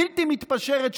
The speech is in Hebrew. בלתי מתפשרת,